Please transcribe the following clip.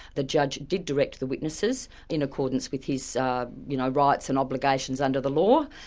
the judge did direct the witnesses in accordance with his you know rights and obligations under the law,